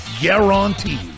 Guaranteed